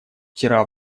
вчера